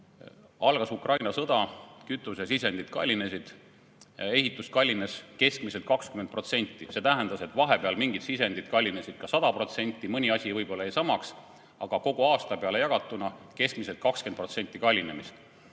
Algas Ukraina sõda, kütusesisendid kallinesid, ehitus kallines keskmiselt 20%, see tähendas, et vahepeal mingit sisendid kallinesid ka 100%, mõne [hind] võib-olla jäi samaks, aga kogu aasta peale jagatuna oli keskmiselt 20% kallinemist.